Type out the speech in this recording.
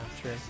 true